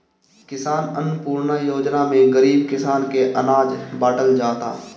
किसान अन्नपूर्णा योजना में गरीब किसान के अनाज बाटल जाता